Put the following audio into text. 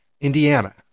Indiana